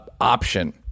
option